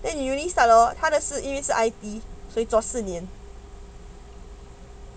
then university start lor 他的是因为是的所以做四年